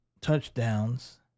touchdowns